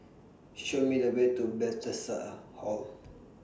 Show Me The Way to Hall